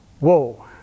Whoa